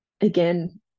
again